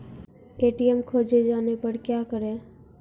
ATM खोजे जाने पर क्या करें?